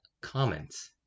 comments